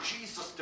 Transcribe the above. Jesus